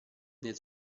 nel